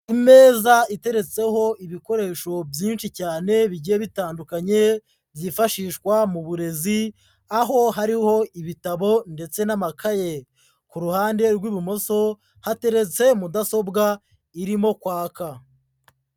Ku meza iteretseho ibikoresho byinshi cyane bigiye bitandukanye, byifashishwa mu burezi, aho hariho ibitabo ndetse n'amakaye, ku ruhande rw'ibumoso hateretse mudasobwa irimo kwaka.